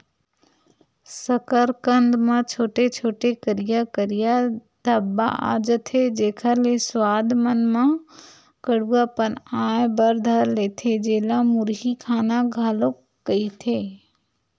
कसरकंद म छोटे छोटे, करिया करिया धब्बा आ जथे, जेखर ले सुवाद मन म कडुआ पन आय बर धर लेथे, जेला मुरही खाना घलोक कहिथे